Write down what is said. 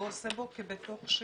ועושה בו כבתוך שלו.